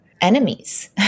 enemies